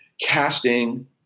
casting